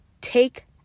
Take